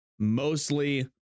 Mostly